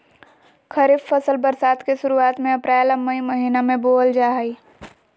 खरीफ फसल बरसात के शुरुआत में अप्रैल आ मई महीना में बोअल जा हइ